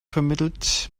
vermittelt